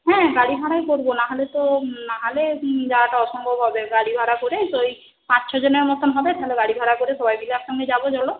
হ্যাঁ গাড়ি ভাড়াই করবো নাহলে তো নাহলে যাওয়াটা অসম্ভব হবে গাড়ি ভাড়া করে ওই পাঁচ ছজনের মতন হবে তাহলে গাড়ি ভাড়া করে সবাই মিলে একসঙ্গে যাবো চলো